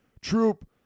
troop